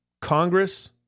Congress